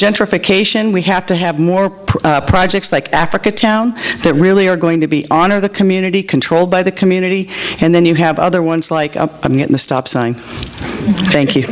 gentrification we have to have more projects like africa town that really are going to be on or the community controlled by the community and then you have other ones like the stop sign thank you